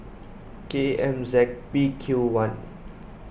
K M Z P Q one